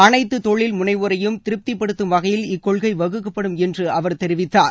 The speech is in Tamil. அனைத்து தொழில் முனைவோரையும் திருப்தி படுத்தும் வகையில் இக்கொள்கை வகுக்கப்படும் என்று அவர் தெரிவித்தார்